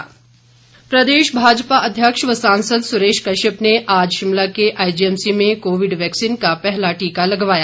Covid टीका प्रदेश भाजपा अध्यक्ष व सांसद सुरेश कश्यप ने आज शिमला के आईजीएमसी में कोविड वैक्सीन का पहला टीका लगवाया